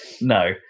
No